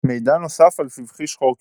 מידע נוסף על סבכי שחור כיפה